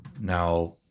Now